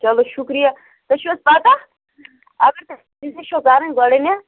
چلو شُکریہ تُہۍ چھِو حظ پَتہ اگر تۄہہِ بِزنِس چھو کَرٕنۍ گۄڈٕنیٚتھ